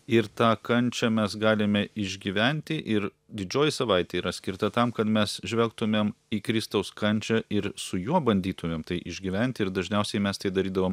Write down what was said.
ir tą kančią mes galime išgyventi ir didžioji savaitė yra skirta tam kad mes žvelgtumėm į kristaus kančią ir su juo bandytumėm tai išgyventi ir dažniausiai mes tai darydavom